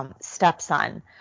stepson